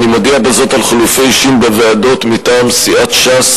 אני מודיע בזאת על חילופי אישים בוועדות מטעם סיעת ש"ס,